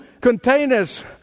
containers